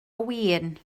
win